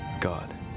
God